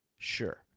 Sure